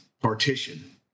partition